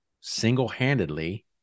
single-handedly